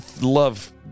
love